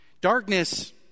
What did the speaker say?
Darkness